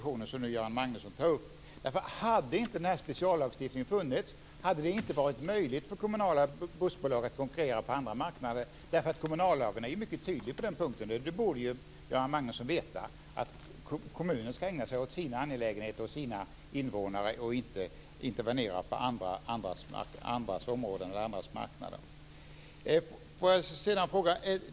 Om inte speciallagstiftningen funnits, hade det inte varit möjligt för kommunala bussbolag att konkurrera på andra marknader. Kommunallagen är tydlig på den punkten. Göran Magnusson borde veta att kommunen ska ägna sig åt sina angelägenheter och sina invånare och inte intervenera på andra områden och marknader.